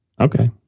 Okay